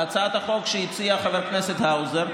בהצעת החוק שהציע חבר הכנסת האוזר,